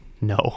no